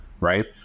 right